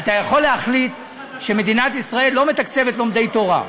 אתה יכול להחליט שמדינת ישראל לא מתקצבת לומדי תורה.